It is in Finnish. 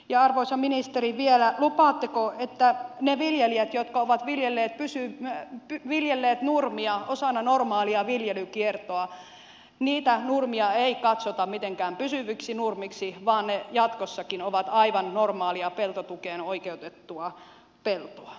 ja arvoisa ministeri vielä lupaatteko että kun viljelijät ovat viljelleet nurmia osana normaalia viljelykiertoa niin niitä nurmia ei katsota mitenkään pysyviksi nurmiksi vaan ne jatkossakin ovat aivan normaalia peltotukeen oikeutettua peltoa